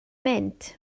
mynd